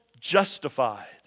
justified